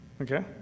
Okay